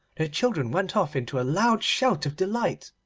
the children went off into a loud shout of delight,